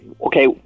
Okay